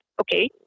okay